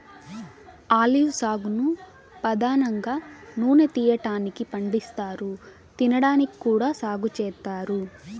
olive సాగును పధానంగా నూనె తీయటానికి పండిస్తారు, తినడానికి కూడా సాగు చేత్తారు